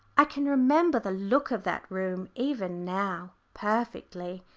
i can remember the look of that room even now, perfectly.